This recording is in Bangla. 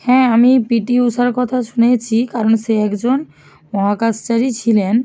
হ্যাঁ আমি পিটি ঊষার কথা শুনেছি কারণ সে একজন মহাকাশচারী ছিলেন